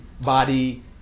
body